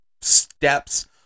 steps